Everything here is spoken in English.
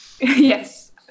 Yes